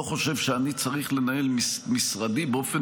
לא חושב שאני צריך לנהל את משרדי באופן